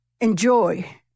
enjoy